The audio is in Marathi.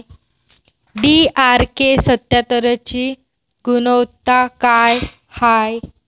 डी.आर.के सत्यात्तरची गुनवत्ता काय हाय?